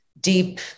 deep